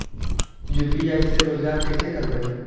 UPI से रोजगार कैसे करबय?